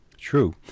true